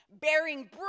bearing